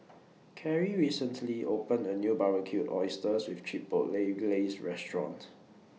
Karrie recently opened A New Barbecued Oysters with Chipotle Glaze Restaurant